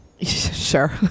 sure